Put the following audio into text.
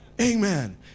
Amen